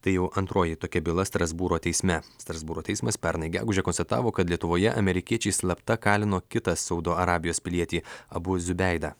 tai jau antroji tokia byla strasbūro teisme strasbūro teismas pernai gegužę konstatavo kad lietuvoje amerikiečiai slapta kalino kitą saudo arabijos pilietį abuziu beidą